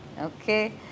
Okay